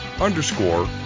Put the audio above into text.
underscore